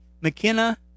McKenna